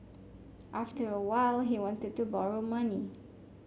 after a while he wanted to borrow money